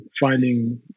finding